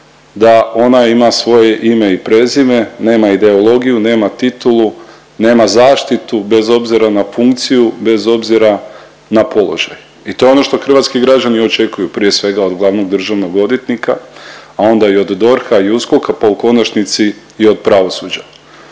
da ona ima svoje ime i prezime, nema ideologiju, nema titulu, nema zaštitu bez obzira na funkciju, bez obzira na položaj. I to je ono što hrvatski građani očekuju prije svega od glavnog državnog odvjetnika, a onda i od DORH-a i USKOK-a pa u konačnici i od pravosuđa.